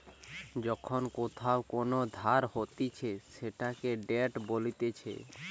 যখন কোথাও কোন ধার হতিছে সেটাকে ডেট বলতিছে